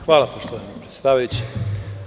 Hvala poštovana predsedavajuća.